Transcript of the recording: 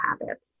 habits